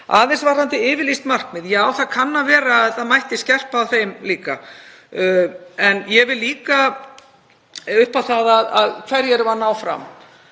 Aðeins varðandi yfirlýst markmið: Já, það kann að vera að það mætti skerpa á þeim en ég tel líka, upp á það hverju við erum að ná fram,